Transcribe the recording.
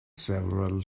several